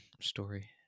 story